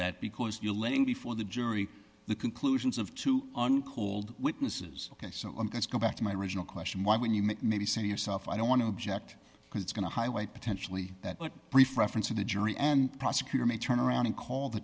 that because you're letting before the jury the conclusions of two uncooled witnesses ok so i'm going to go back to my original question why when you make maybe see yourself i don't want to object because it's going to highlight potentially that brief reference to the jury and prosecutor may turn around and call the